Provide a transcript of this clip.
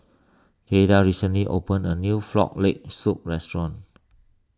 Jaeda recently opened a new Frog Leg Soup restaurant